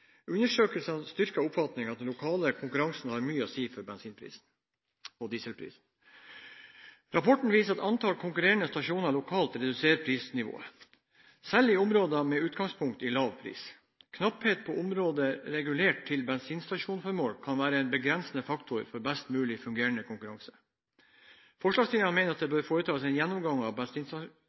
Undersøkelsen styrker oppfatningen av at den lokale konkurransen har mye å si for bensin- og dieselprisen. Rapporten viser at antall konkurrerende stasjoner lokalt reduserer prisnivået, selv i områder med i utgangspunktet lav pris. Knapphet på områder regulert til bensinstasjonsformål kan være en begrensende faktor for best mulig fungerende konkurranse. Forslagsstillerne mener det bør foretas en gjennomgang av